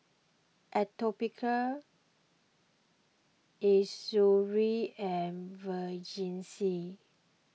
Atopiclair Eucerin and Vagisil